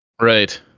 Right